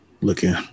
looking